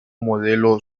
modelo